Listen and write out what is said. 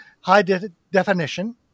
high-definition